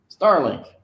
Starlink